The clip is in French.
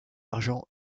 argent